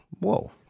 Whoa